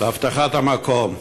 לאבטחת המקום.